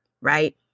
Right